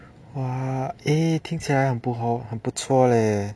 !wah! eh 听起来很不错 leh